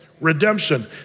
Redemption